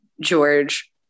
George